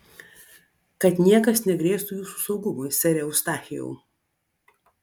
kad niekas negrėstų jūsų saugumui sere eustachijau